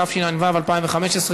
התשע"ו 2015,